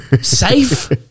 Safe